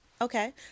Okay